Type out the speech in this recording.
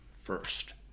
first